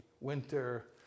winter